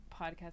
podcast